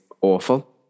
awful